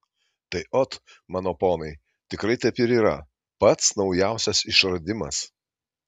tai ot mano ponai tikrai taip ir yra pats naujausias išradimas